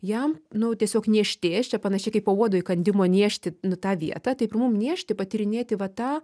jam nu tiesiog niežtės čia panašiai kaip po uodo įkandimo niežti nu tą vietą taip ir mum niežti patyrinėti va tą